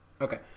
Okay